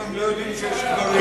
לא יודעים שיש קברים.